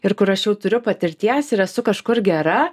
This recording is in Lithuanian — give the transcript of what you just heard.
ir kur aš jau turiu patirties ir esu kažkur gera